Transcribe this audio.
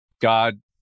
God